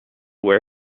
where